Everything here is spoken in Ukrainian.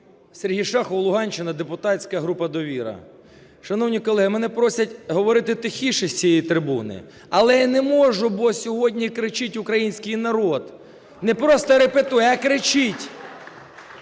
Сергій Шахов, Луганщина, депутатська група "Довіра". Шановні колеги, мене просять говорити тихіше з цієї трибуни, але я не можу, бо сьогодні кричить український народ, не просто репетує, а кричить.